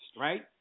right